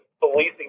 policing